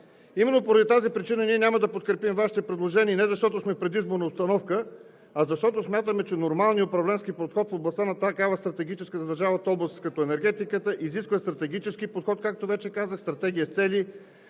Именно поради тази причина ние няма да подкрепим Вашите предложения и не защото сме в предизборна обстановка, а защото смятаме, че нормалният управленски подход в областта на такава стратегическа за държавата област като енергетиката изисква стратегически подход, както вече казах, стратегия с цели,